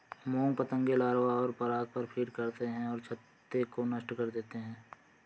मोम पतंगे लार्वा और पराग पर फ़ीड करते हैं और छत्ते को नष्ट कर देते हैं